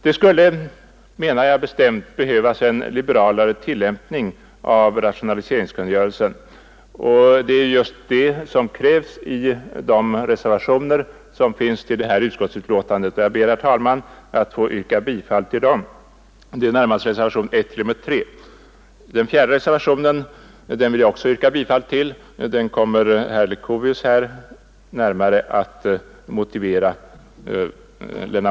Det skulle enligt min mening behövas en liberalare tillämpning av rationaliseringskungörelsen, och det är just det som krävs i de reservationer som är fogade till detta utskottsbetänkande. Jag ber, herr talman, att få yrka bifall till reservationerna 1—3 som jag berört. Även reservationen 4 yrkar jag bifall till. Den kommer herr Leuchovius att närmare motivera.